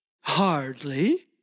Hardly